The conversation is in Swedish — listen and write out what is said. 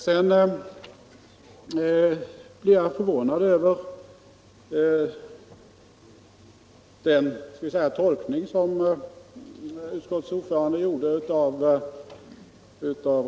Jag blev nu litet förvånad över den tolkning av reservationen som utskottets ordförande gjorde.